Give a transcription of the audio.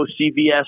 CVS